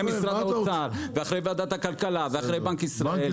משרד האוצר ואחרי ועדת הכלכלה ואחרי בנק ישראל.